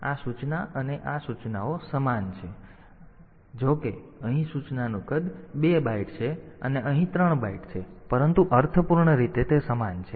તેથી આ સૂચના અને આ સૂચના તેઓ સમાન છે અને આ સૂચના સાથે અર્થપૂર્ણ રીતે સમાન હોય છે જો કે અહીં સૂચનાનું કદ 2 બાઈટ છે અને અહીં ત્રણ બાઈટ છે પરંતુ અર્થપૂર્ણ રીતે તે સમાન છે